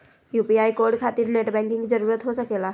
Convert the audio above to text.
UPI code खातिर net banking की जरूरत हो सके ला?